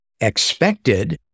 expected